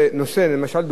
למשל,